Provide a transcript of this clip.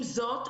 עם זאת,